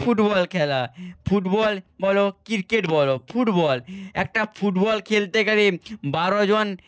football খেলা football বলো cricket বলো ফুটবল একটা ফুটবল খেলতে গেলে বারো জন